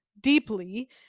deeply